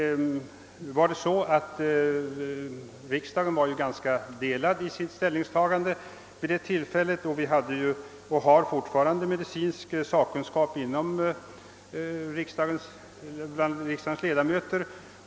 Vid riksdagens ställningstagande var meningarna ganska delade. Vid det tillfället hade vi — och det har vi fortfarande — medicinskt sakkunniga bland riksdagens ledamöter.